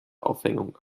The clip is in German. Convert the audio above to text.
aufhängung